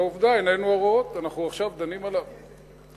עובדה, עינינו הרואות, אנחנו דנים עליו עכשיו.